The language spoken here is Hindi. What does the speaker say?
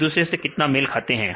एक दूसरे से कितना मेल खाते हैं